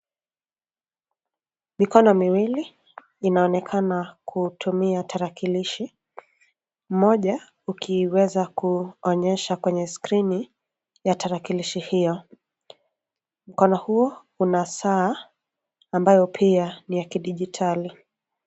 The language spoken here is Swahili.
Mikono miwili inaonekana kutumia tarakilishi. Mmoja ukiweza kuonyesha kwenye skirini ya tarakilishi hiyo. Mkono huu una saa ambayo pia ni ya kidijitali.